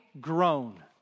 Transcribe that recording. grown